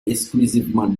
exclusivement